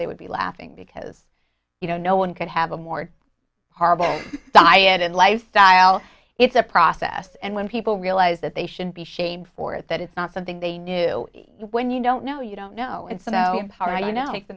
they would be laughing because you know no one could have a more horrible diet and lifestyle it's a process and when people realize that they should be shamed for it that it's not something they knew when you don't know you don't know how do you know make the